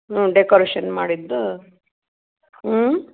ಹ್ಞೂ ಡೆಕೋರೇಷನ್ ಮಾಡಿದ ಹ್ಞೂ